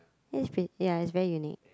it's pretty ya it's very unique